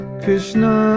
Krishna